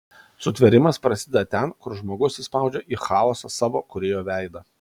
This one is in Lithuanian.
sutvėrimas prasideda ten kur žmogus įspaudžia į chaosą savo kūrėjo veidą